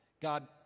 God